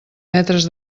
metres